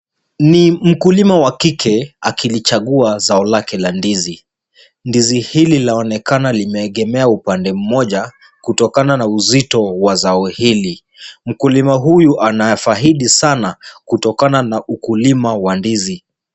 Ni mkulima wa kike akilichagua zao lake la ndizi. Ndizi hili laonekana limeegemea upande mmoja kutokana na uzito wa zao hili. Mkulima huyu anafaidi sanaa kutokana na ukulima wa ndizi.